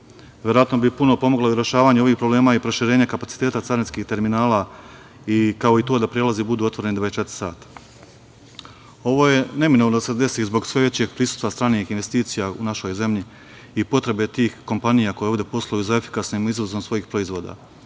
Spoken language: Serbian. Verovatno bi puno pomoglo i rešavanje ovih problema i proširenje kapaciteta carinskih terminala, kao i to da prelazi budu otvoreni 24 sata. Ovo je neminovno da se desi zbog sve većeg prisustva stranih investicija u našoj zemlji i potrebe tih kompanija koje ovde posluju za efikasnim izazovom svojih proizvoda,